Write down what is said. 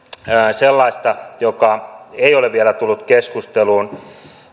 sellaista joka ei ole vielä tullut keskusteluun